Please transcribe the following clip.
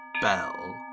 bell